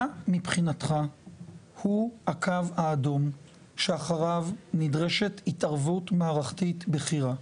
מה מבחינתך הוא הקו האדום שאחריו נדרשת התערבות מערכתית בכירה?